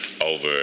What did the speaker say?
over